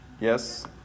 Yes